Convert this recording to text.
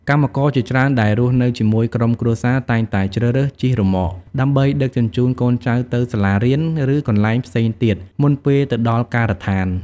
កម្មករជាច្រើនដែលរស់នៅជាមួយក្រុមគ្រួសារតែងតែជ្រើសរើសជិះរ៉ឺម៉ក ដើម្បីដឹកជញ្ជូនកូនចៅទៅសាលារៀនឬកន្លែងផ្សេងទៀតមុនពេលទៅដល់ការដ្ឋាន។